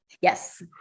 Yes